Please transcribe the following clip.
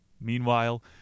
meanwhile